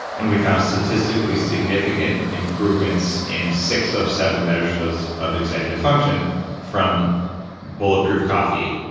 and we find statistically significant improvements in six of seven measures of executive function from bulletproof coffee.